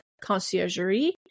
Conciergerie